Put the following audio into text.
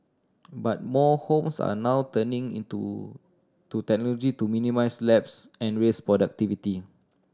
but more homes are now turning into to technology to minimise lapses and raise productivity